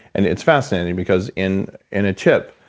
and it's fascinating because in in a chip,